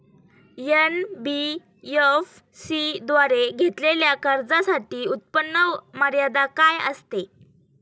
NBFC द्वारे घेतलेल्या कर्जासाठी उत्पन्न मर्यादा काय असते?